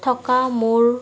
থকা মোৰ